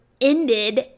ended